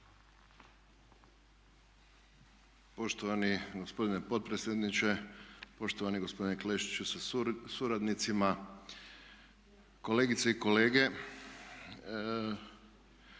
Poštovani gospodine potpredsjedniče, poštovani gospodine Klešiću sa suradnicima, kolegice i kolege.